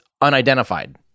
unidentified